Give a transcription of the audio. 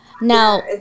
Now